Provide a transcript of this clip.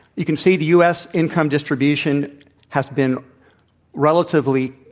you can see the u. s income distribution has been relatively,